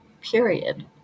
Period